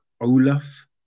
Olaf